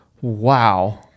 wow